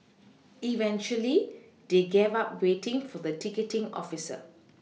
eventually they gave up waiting for the ticketing officer